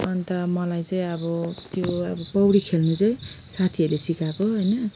अन्त मलाई चाहिँ अब त्यो अब पौडी खेल्नु चाहिँ साथीहरूले सिकाएको होइन